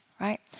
right